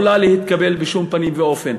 היא לא יכולה להתקבל בשום פנים ואופן.